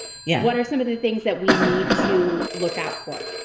yeah what are some of the things that we need to look out for?